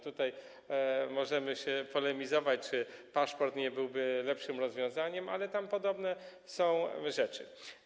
Tutaj możemy polemizować, czy paszport nie byłby lepszym rozwiązaniem, ale tam są podobne rzeczy.